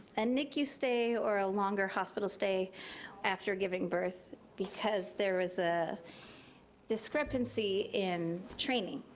a nicu stay or a longer hospital stay after giving birth. because there is a discrepancy in training.